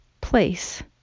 place